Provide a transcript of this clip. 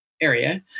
area